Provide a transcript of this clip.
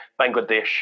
Bangladesh